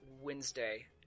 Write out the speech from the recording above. Wednesday